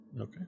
Okay